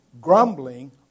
grumbling